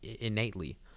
innately